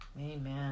Amen